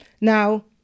Now